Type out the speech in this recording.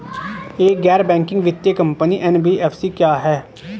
एक गैर बैंकिंग वित्तीय कंपनी एन.बी.एफ.सी क्या है?